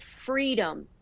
freedom